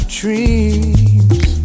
dreams